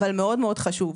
אבל מאוד מאוד חשוב,